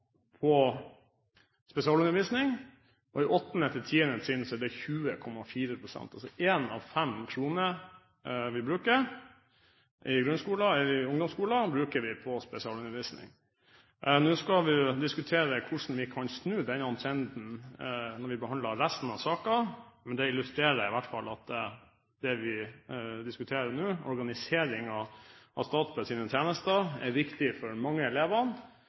på spesialundervisning. På 8.–10. trinn var det 20,4 pst. En av fem kroner vi bruker i grunnskolen eller ungdomsskolen, bruker vi altså på spesialundervisning. Nå skal vi diskutere hvordan vi kan snu denne trenden når vi behandler resten av saken, men det illustrerer at det vi diskuterer nå, omorganiseringen av Statpeds tjenester, er viktig for mange